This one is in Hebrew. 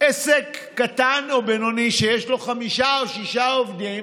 עסק קטן או בינוני שיש לו חמישה או שישה עובדים